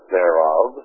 thereof